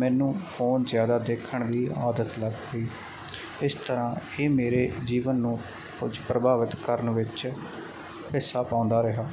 ਮੈਨੂੰ ਫੋਨ ਜਿਆਦਾ ਦੇਖਣ ਦੀ ਆਦਤ ਲੱਗ ਗਈ ਇਸ ਤਰ੍ਹਾਂ ਇਹ ਮੇਰੇ ਜੀਵਨ ਨੂੰ ਕੁਝ ਪ੍ਰਭਾਵਿਤ ਕਰਨ ਵਿੱਚ ਹਿੱਸਾ ਪਾਉਂਦਾ ਰਿਹਾ